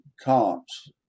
comps